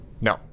no